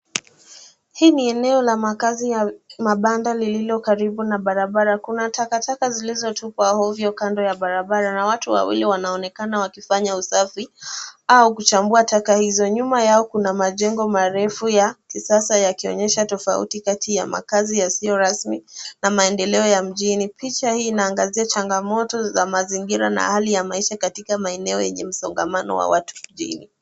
Hii ni eneo la maakazi ya mabanda lililo karibu na barabara, kuna takataka zilizotupwa ovyo kando ya barabara na watu wawili wanaonekana wakifanya usafi au kuchambua takataka hizo, nyuma yao kuna majengo marefu ya kisasa yakionyesha tafauti kati ya maakazi yasio rasmi na maendeleo ya mjini, picha hii inaangazia changamoto za mazingira na hali ya maisha katika maeneo enye msongamano wa watu mjini.